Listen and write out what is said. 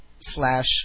slash